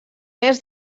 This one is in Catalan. est